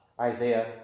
Isaiah